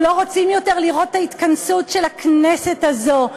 אנחנו לא רוצים יותר לראות את ההתכנסות של הכנסת הזו,